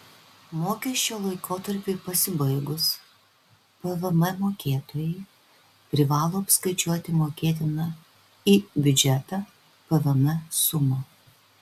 mokesčio laikotarpiui pasibaigus pvm mokėtojai privalo apskaičiuoti mokėtiną į biudžetą pvm sumą